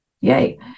Yay